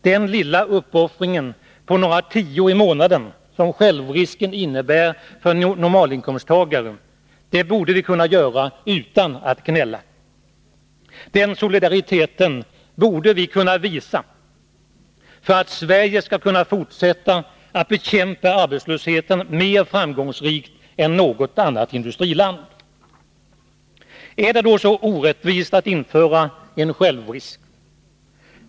Den lilla uppoffring på några tior i månaden, som självrisken innebär för en normalinkomsttagare, bör vi kunna göra utan att gnälla. Den solidariteten måste vi visa om Sverige skall kunna fortsätta att bekämpa arbetslösheten mer framgångsrikt än något annat industriland. Är det då så orättvist att införa en självrisk i sjukförsäkringen?